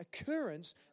occurrence